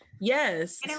yes